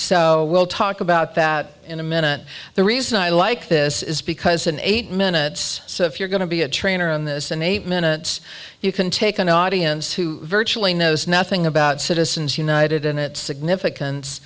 so we'll talk about that in a minute the reason i like this is because in eight minutes so if you're going to be a trainer on this and eight minutes you can take an audience who virtually knows nothing about citizens united and its significance